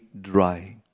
dry